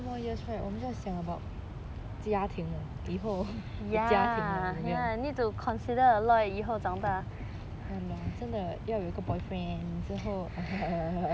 few more years right 我们就要想 about 家庭了以后的家庭了有没有 ya loh 真的要有一个 boyfriend 之后